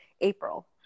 April